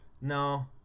No